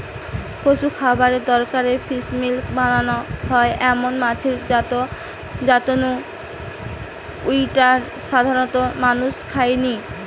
পশুর খাবারের দরকারে ফিসমিল বানানা হয় এমন মাছের জাত নু জউটা সাধারণত মানুষ খায়নি